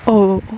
oh